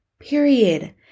Period